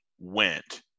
went